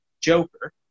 Joker